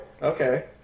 Okay